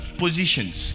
positions